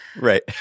Right